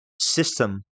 system